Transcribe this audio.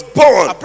born